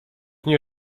nie